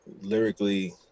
lyrically